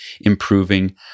improving